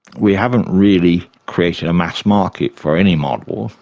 we haven't really created a mass market for any model,